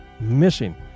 missing